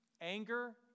Anger